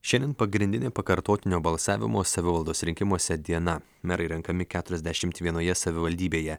šiandien pagrindinė pakartotinio balsavimo savivaldos rinkimuose diena merai renkami keturiasdešimt vienoje savivaldybėje